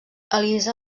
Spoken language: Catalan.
elisa